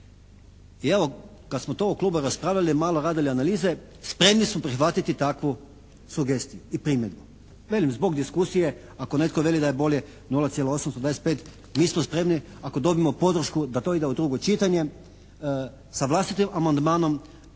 i evo kad smo tu u klubu raspravljali, malo radili analize, spremni su prihvatiti takvu sugestiju i primjedbu. Velim zbog diskusije ako netko veli da je bolje 0,825 mi smo spremni ako dobijemo podršku da to ide u drugo čitanje sa vlastitim amandmanom